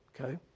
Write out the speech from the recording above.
okay